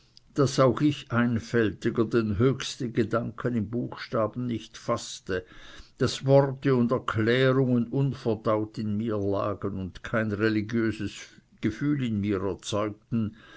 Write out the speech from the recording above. daß auch ich einfältiger den höchsten gedanken im buchstaben nicht faßte daß worte und erklärungen unverdaut in mir lagen kein religiöses gefühl in mir erzeugten